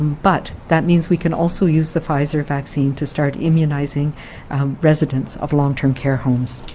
but that means we can also use the pfizer vaccine to start immunizing residents of long-term care homes.